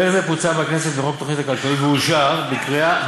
פרק זה פוצל בכנסת מחוק התוכנית הכלכלית ואושר בקריאה,